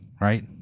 right